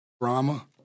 drama